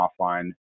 offline